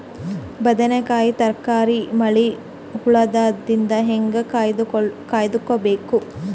ಬದನೆಕಾಯಿ ತರಕಾರಿ ಮಳಿ ಹುಳಾದಿಂದ ಹೇಂಗ ಕಾಯ್ದುಕೊಬೇಕು?